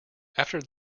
after